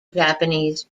japanese